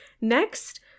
next